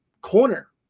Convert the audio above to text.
corner